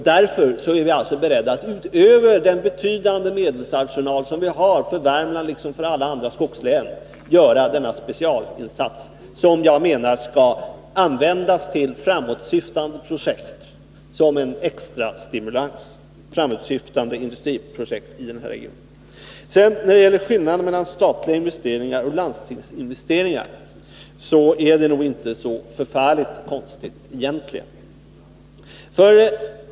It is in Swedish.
Därför är vi alltså beredda att utöver den betydande medelsarsenal som vi har för Värmland, liksom för alla andra skogslän, göra denna specialinsats som jag menar skall avse framåtsyftande industriprojekt som en extra stimulans i den här regionen. När det sedan gäller skillnaden mellan statliga investeringar och landstingsinvesteringar, så är det hela egentligen inte så förfärligt konstigt.